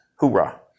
Hoorah